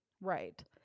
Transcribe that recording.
Right